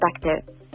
perspective